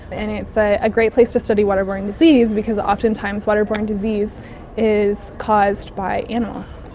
and it's ah a great place to study waterborne disease because oftentimes waterborne disease is caused by animals.